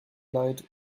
leid